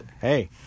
Hey